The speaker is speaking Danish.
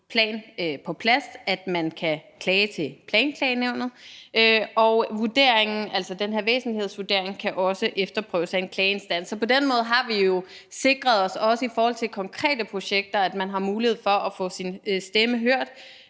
plan på plads, at der kan klages til Planklagenævnet. Og vurderingen, altså den her væsentlighedsvurdering kan også efterprøves af en klageinstans. Så på den måde har vi jo sikret os, også i forhold til konkrete projekter, at man har mulighed for at få sin stemme hørt.